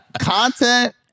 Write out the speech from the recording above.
content